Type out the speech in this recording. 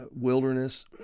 wilderness